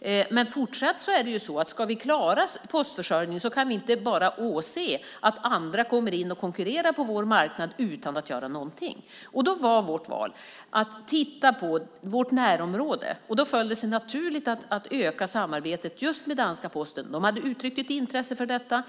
Om vi fortsatt ska klara postförsörjningen kan vi inte bara utan att göra någonting åse att andra kommer in och konkurrerar på vår marknad. Då var vårt val att titta på vårt närområde, och då föll det sig naturligt att öka samarbetet just med danska Posten som hade uttryckt ett intresse för detta.